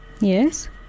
Yes